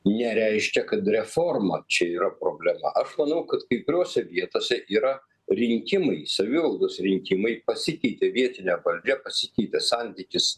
nereiškia kad reforma čia yra problema aš manau kad kai kuriose vietose yra rinkimai savivaldos rinkimai pasikeitė vietinė valdžia pasikeitė santykis